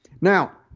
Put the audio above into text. Now